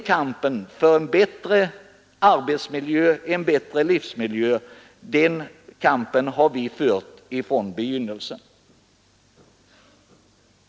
Kampen för en bättre arbetsmiljö och en bättre livsmiljö har vi fört från begynnelsen.